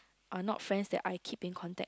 are not friends that I keep in contact